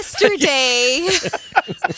yesterday